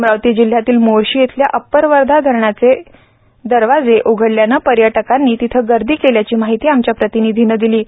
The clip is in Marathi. अमरावती जिल्ह्यातील मोर्शी इथल्या अप्पर वर्धा धरणाचे दरवाजे उघडल्यानं पर्यटकांनी तिथं गर्दी केल्याची माहिती प्रतिनिधीनं दिली आहे